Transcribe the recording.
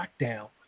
lockdown